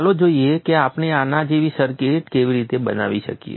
ચાલો જોઈએ કે આપણે આના જેવી સર્કિટ કેવી રીતે બનાવી શકીએ